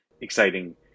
exciting